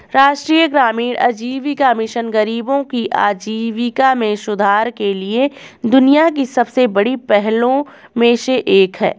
राष्ट्रीय ग्रामीण आजीविका मिशन गरीबों की आजीविका में सुधार के लिए दुनिया की सबसे बड़ी पहलों में से एक है